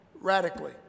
radically